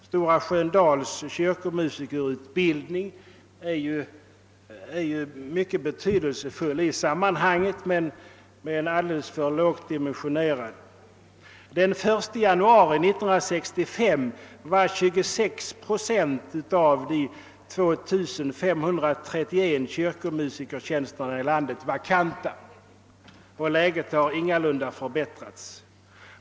Stora Sköndals kyrkomusikerutbildning är mycket betydelsefull i sammanhanget men alldeles otillräckligt dimensionerad. Den 1 januari 1965 var 26 procent av de 2531 kyrkomusikertjänsterna här i landet vakanta, och läget har ingalunda förbättrats sedan dess.